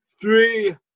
three